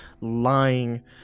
lying